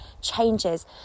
changes